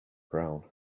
brown